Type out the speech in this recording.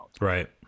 Right